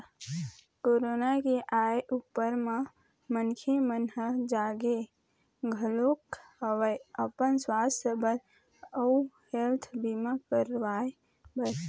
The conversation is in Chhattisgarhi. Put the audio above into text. कोरोना के आय ऊपर म मनखे मन ह जागे घलोक हवय अपन सुवास्थ बर अउ हेल्थ बीमा करवाय बर